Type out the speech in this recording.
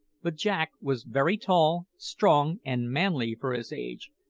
but jack was very tall, strong, and manly for his age,